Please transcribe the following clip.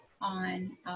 on